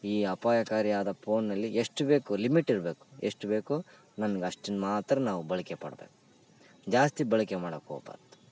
ಈ ಅಪಾಯಕಾರಿಯಾದ ಫೋನ್ನಲ್ಲಿ ಎಷ್ಟು ಬೇಕು ಲಿಮಿಟ್ ಇರಬೇಕು ಎಷ್ಟು ಬೇಕು ನಮಗೆ ಅಷ್ಟನ್ನ ಮಾತ್ರ ನಾವು ಬಳಕೆ ಮಾಡ್ಬೇಕು ಜಾಸ್ತಿ ಬಳಕೆ ಮಾಡಕ್ಕೆ ಹೋಗ್ಬಾರ್ದು